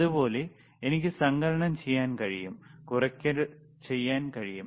അതുപോലെ എനിക്ക് സങ്കലനം ചെയ്യാൻ കഴിയും കുറയ്ക്കൽ ചെയ്യാൻ കഴിയും